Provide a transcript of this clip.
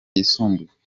yisumbuye